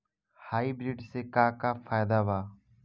Hybrid से का का फायदा बा?